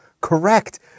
correct